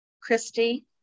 Christy